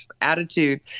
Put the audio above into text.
attitude